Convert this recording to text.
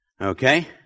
Okay